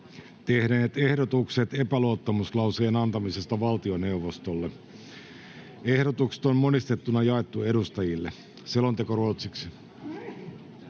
tehneet ehdotukset epäluottamuslauseen antamisesta valtioneuvostolle. Ehdotukset on monistettuna jaettu edustajille. (Pöytäkirjan